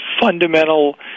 fundamental